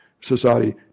Society